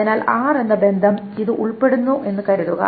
അതിനാൽ ആർ എന്ന ബന്ധം ഇത് ഉൾപ്പെട്ടതാണെന്നു കരുതുക